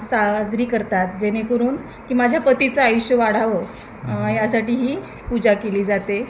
साजरी करतात जेणेकरून की माझ्या पतीचं आयुष्य वाढावं यासाठी ही पूजा केली जाते